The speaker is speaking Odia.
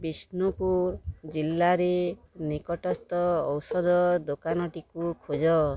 ବିଷ୍ଣୁପୁର ଜିଲ୍ଲାରେ ନିକଟସ୍ଥ ଔଷଧ ଦୋକାନଟିକୁ ଖୋଜ